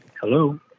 Hello